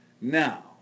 now